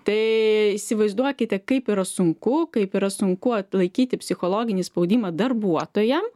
tai įsivaizduokite kaip yra sunku kaip yra sunku atlaikyti psichologinį spaudimą darbuotojam